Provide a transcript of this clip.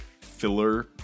filler